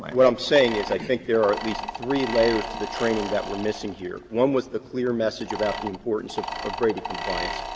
what i'm saying is that i think there are at least three layers to the training that were missing here. one was the clear message about the importance of of brady compliance.